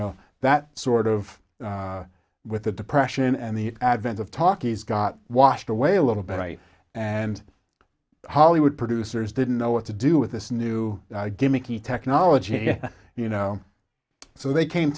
know that sort of with the depression and the advent of talkies got washed away a little bit right and hollywood producers didn't know what to do with this new gimmicky technology you know so they came